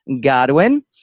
Godwin